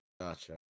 Gotcha